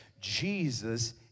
Jesus